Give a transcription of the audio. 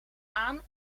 aan